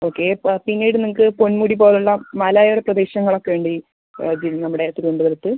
okay ഇപ്പോൾ പിന്നീട് നിങ്ങൾക്ക് പൊന്മുടി പോലുള്ള മലയോര പ്രദേശങ്ങളൊക്കെ ഉണ്ട് അത് നമ്മുടെ തിരുവനന്തപുരത്ത്